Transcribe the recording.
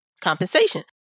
compensation